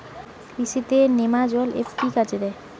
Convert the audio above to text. কৃষি তে নেমাজল এফ কি কাজে দেয়?